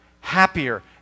happier